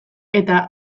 eta